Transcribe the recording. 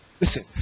Listen